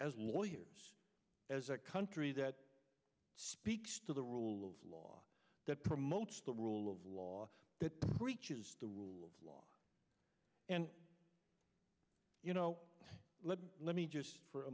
as lawyers as a country that speaks to the rule of law that promotes the rule of law that preaches the rule of law and you know let's let me just for a